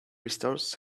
restores